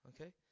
Okay